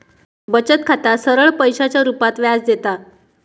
बचत खाता सरळ पैशाच्या रुपात व्याज देता